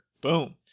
boom